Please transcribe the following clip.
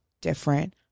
different